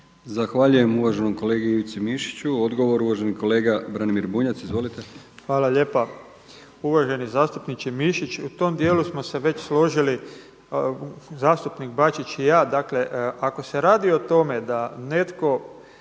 Zahvaljujem uvaženom kolegi Ivici Mišiću. Odgovor uvaženi kolega Branimir Bunjac, izvolite. **Bunjac, Branimir (Živi zid)** Hvala lijepa. Uvaženi zastupniče Mišić u tom dijelu smo se već složili zastupnik Bačić i ja. Dakle, ako se radi o tome da netko